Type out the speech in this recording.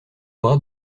bras